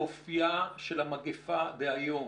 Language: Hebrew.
לאופייה של המגיפה היום,